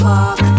Park